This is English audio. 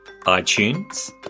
iTunes